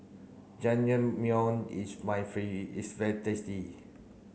Jajangmyeon is is very tasty